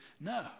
No